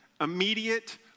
Immediate